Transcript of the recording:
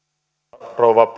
arvoisa rouva